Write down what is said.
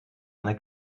eine